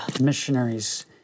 missionaries